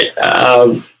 right